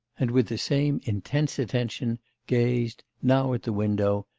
and with the same intense attention gazed now at the window,